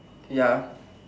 ya